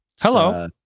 Hello